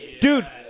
Dude